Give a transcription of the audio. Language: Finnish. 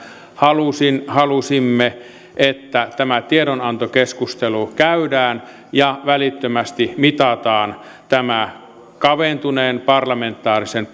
halusimme että tämä tiedonantokeskustelu käydään ja välittömästi mitataan tämä kaventuneen parlamentaarisen